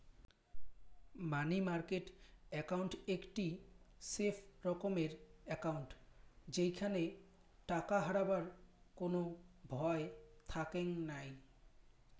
মানি market account একটি safe রকমের account যেইখানে টাকা হারাবার কোনো ভয় থাকেঙ নাই